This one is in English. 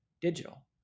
digital